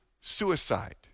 suicide